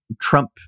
Trump